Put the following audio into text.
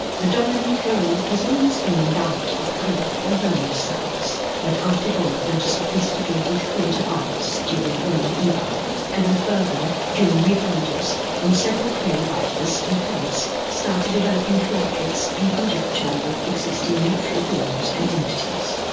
the dominant role has always been that of greek and roman styles that got evolved into sophisticated theatre arts during roman era and then further during middle ages when several play writers and poets started developing theatrics in conjecture with existing literary forms and entities.